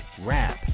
rap